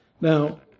Now